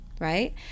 right